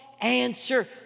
answer